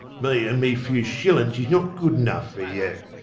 me an me few shillins is not good enough for you.